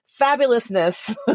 fabulousness